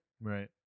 Right